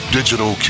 Digital